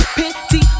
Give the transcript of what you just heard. pity